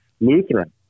Lutheran